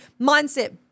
mindset